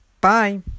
Bye